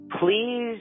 Please